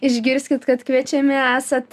išgirskit kad kviečiami esat